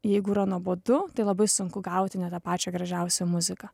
jeigu yra nuobodu tai labai sunku gauti net tą pačią gražiausią muziką